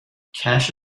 cash